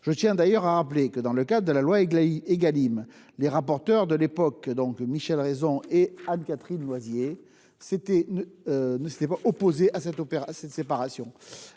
Je tiens d'ailleurs à rappeler que, dans le cadre de la loi Égalim, les rapporteurs de l'époque, Michel Raison et Anne-Catherine Loisier, s'étaient opposés à la suppression